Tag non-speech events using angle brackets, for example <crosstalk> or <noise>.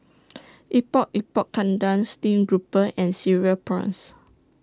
<noise> Epok Epok Kentang Stream Grouper and Cereal Prawns